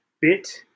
bit